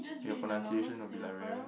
your pronunciation a bit like very